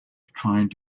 trying